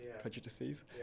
prejudices